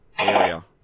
area